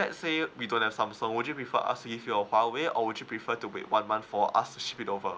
let's say we don't have samsung would you prefer us to give you a Huawei or would you prefer to wait one month for us to ship it over